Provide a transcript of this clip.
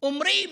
אומרים